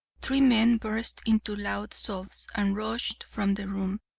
three men burst into loud sobs and rushed from the room,